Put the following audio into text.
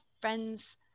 friends